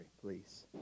please